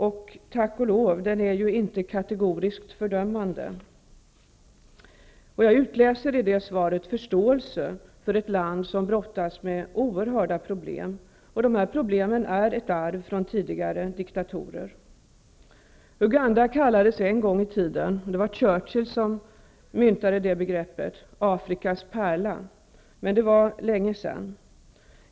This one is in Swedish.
Det är tack och lov inte heller kategoriskt fördömande. Jag utläser i svaret förståelse för ett land som brottas med oerhörda problem -- problem som är ett arv från tidigare diktatorer. Uganda kallades en gång i tiden för Afrikas pärla. Det var Churchill som myntade det begreppet -- men det var länge sedan.